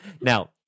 Now